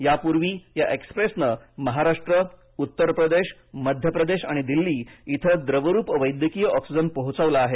यापूर्वी या एक्सप्रेसने महाराष्ट्र उत्तर प्रदेश मध्यप्रदेश आणि दिल्ली इथं द्रवरूप वैद्यकीय ऑक्सिजन पोहोचवला आहे